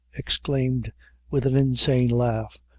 exclaimed with an insane laugh,